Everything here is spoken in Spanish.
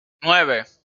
nueve